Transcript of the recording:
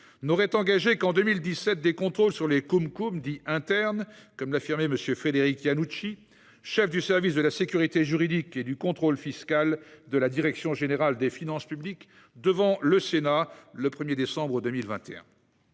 n'aurait engagé qu'en 2017 des contrôles sur les CumCum dits internes, comme l'affirmait M. Frédéric Iannucci, chef du service de la sécurité juridique et du contrôle fiscal de la direction générale des finances publiques, devant le Sénat le 1 décembre 2021